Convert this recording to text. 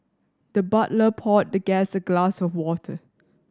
the butler poured the guest a glass of water